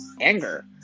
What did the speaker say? anger